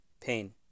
pain